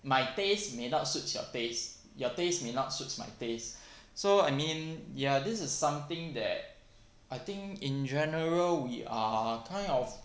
my taste may not suit your taste your taste may not suit my taste so I mean ya this is something that I think in general we are kind of